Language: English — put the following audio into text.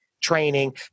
training